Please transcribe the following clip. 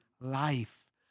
life